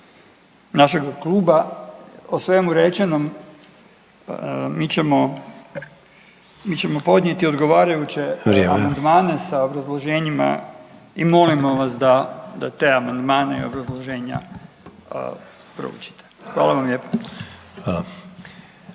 našega Kluba. O svemu rečenom mi ćemo podnijeti odgovarajuće amandmane sa obrazloženjima i molimo vas da te amandmane i obrazloženja proučite. Hvala vam lijepa.